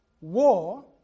war